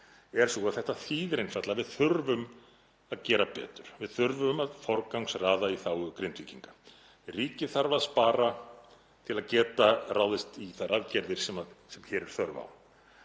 er sú að þetta þýðir einfaldlega að við þurfum að gera betur. Við þurfum að forgangsraða í þágu Grindvíkinga. Ríkið þarf að spara til að geta ráðist í þær aðgerðir sem hér er þörf á,